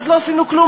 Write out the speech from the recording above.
אז לא עשינו כלום,